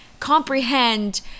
comprehend